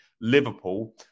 Liverpool